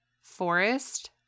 Forest